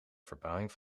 verbouwing